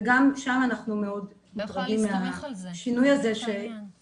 וגם שם אנחנו לא יודעים איך השינוי הזה הולך